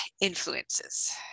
influences